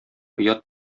оят